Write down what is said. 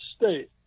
state